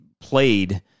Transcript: played